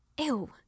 Ew